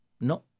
no